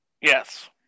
Yes